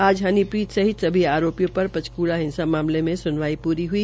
आज हनीप्रीत सहित सभी आरप्रियों पर पंचकूला हिंसा के मामले में सुनवाई पूर हई